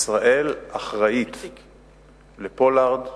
ישראל אחראית לפולארד,